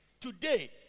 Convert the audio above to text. today